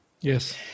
Yes